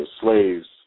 slaves